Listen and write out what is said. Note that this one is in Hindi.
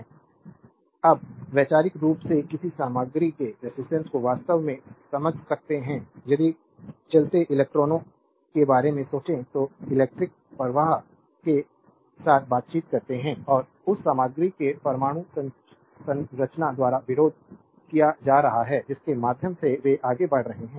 स्लाइड टाइम देखें 0251 अब वैचारिक रूप से किसी सामग्री के रेजिस्टेंस को वास्तव में समझ सकते हैं यदि चलते इलेक्ट्रॉनों के बारे में सोचते हैं जो इलेक्ट्रिक प्रवाह के साथ बातचीत करते हैं और उस सामग्री के परमाणु संरचना द्वारा विरोध किया जा रहा है जिसके माध्यम से वे आगे बढ़ रहे हैं